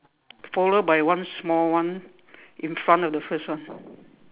followed by one small one in front of the first one